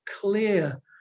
clear